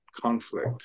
conflict